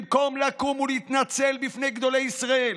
במקום לקום ולהתנצל בפני גדולי ישראל,